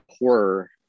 horror